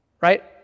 right